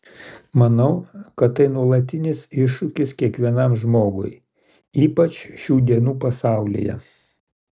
manau kad tai nuolatinis iššūkis kiekvienam žmogui ypač šių dienų pasaulyje